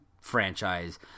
franchise